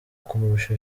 kumurusha